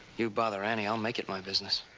you bother annie, i'll make it my business.